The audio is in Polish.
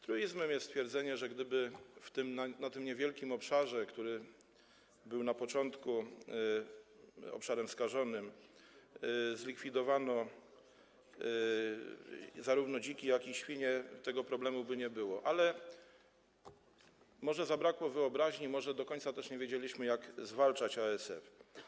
Truizmem jest stwierdzenie, że gdyby na tym niewielkim obszarze, który był na początku obszarem skażonym, zlikwidowano zarówno dziki, jak i świnie, tego problemu by nie było, ale może zabrakło wyobraźni, może do końca też nie wiedzieliśmy, jak zwalczać ASF.